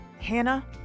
Hannah